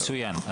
מצוין.